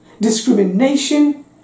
discrimination